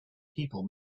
people